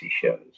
shows